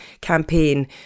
campaign